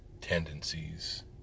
tendencies